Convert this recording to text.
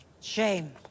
Shame